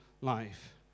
life